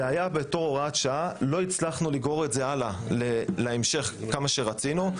זאת הייתה הוראת שעה ולא הצלחנו לגרור אותה הלאה להמשך כמו שרצינו,